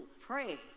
pray